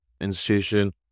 institution